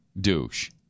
douche